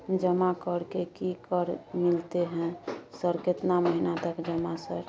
जमा कर के की कर मिलते है सर केतना महीना तक जमा सर?